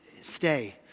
stay